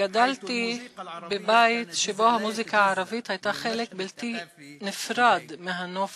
גדלתי בבית שבו המוזיקה הערבית הייתה חלק בלתי נפרד מהנוף